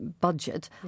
budget